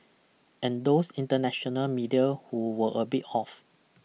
and those international media who were a bit off